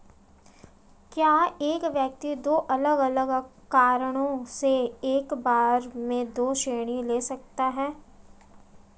क्या एक व्यक्ति दो अलग अलग कारणों से एक बार में दो ऋण ले सकता है?